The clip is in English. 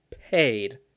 paid